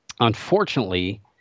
Unfortunately